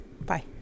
bye